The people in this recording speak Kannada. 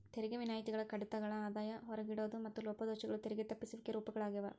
ತೆರಿಗೆ ವಿನಾಯಿತಿಗಳ ಕಡಿತಗಳ ಆದಾಯ ಹೊರಗಿಡೋದು ಮತ್ತ ಲೋಪದೋಷಗಳು ತೆರಿಗೆ ತಪ್ಪಿಸುವಿಕೆ ರೂಪಗಳಾಗ್ಯಾವ